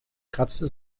kratzte